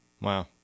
Wow